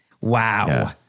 Wow